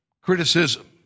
criticism